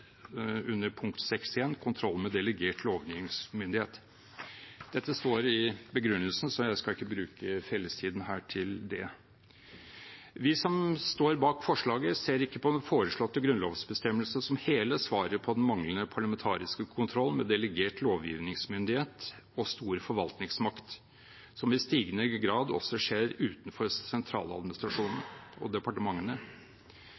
punkt 6.1, Kontroll med delegert lovgivningsmyndighet. Dette står i begrunnelsen, så jeg skal ikke bruke fellestiden her på det. Vi som står bak forslaget, ser ikke på den foreslåtte grunnlovsbestemmelsen som hele svaret på den manglende parlamentariske kontroll med delegert lovgivningsmyndighet og stor forvaltningsmakt som i stigende grad også skjer utenfor